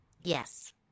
Yes